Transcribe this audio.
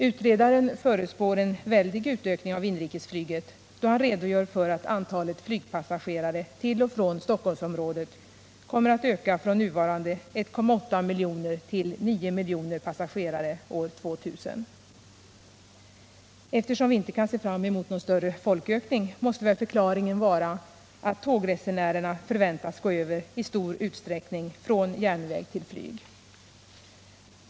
Utredaren förutspår en väldig utökning av inrikesflyget, då han redogör för att antalet flygpassagerare till och från Stockholmsområdet kommer att öka från nuvarande 1,8 miljoner till 9 miljoner passagerare år 2000. Eftersom vi inte kan se fram emot någon större folkökning, måste väl förklaringen vara att tågresenärerna i stor utsträckning förväntas gå över från järnväg till flyg.